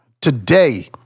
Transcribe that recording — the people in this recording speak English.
today